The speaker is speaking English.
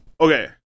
okay